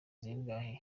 zingahe